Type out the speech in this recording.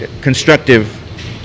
constructive